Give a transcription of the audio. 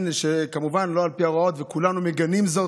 כמובן לא על פי ההוראות, כולנו מגנים זאת,